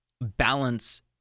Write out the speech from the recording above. balance